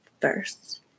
first